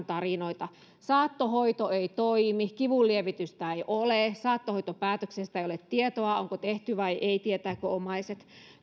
tarinoita saattohoito ei toimi kivunlievitystä ei ole saattohoitopäätöksestä ei ole tietoa onko tehty vai ei ja tietävätkö omaiset